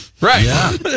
Right